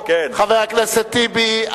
חבר הכנסת טיבי,